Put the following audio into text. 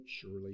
surely